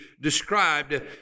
described